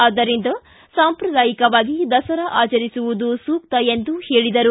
ಆದ್ದರಿಂದ ಸಾಂಪ್ರದಾಯಿಕವಾಗಿ ದಸರಾ ಆಚರಿಸುವುದು ಸೂಕ್ತ ಎಂದು ಹೇಳಿದರು